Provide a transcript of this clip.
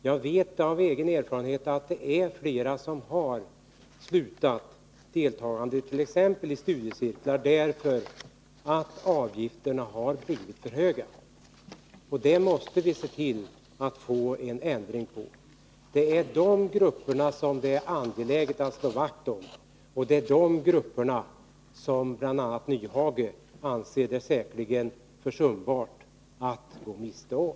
Jag vet av egen erfarenhet att det är flera som har slutat delta t.ex. i studiecirklar därför att avgifterna har blivit för höga. Vi måste se till att få en ändring på det. Det är dem det är angeläget att slå vakt om, men det är de grupperna som bl.a. Hans Nyhage säkerligen anser det försumbart att gå miste om.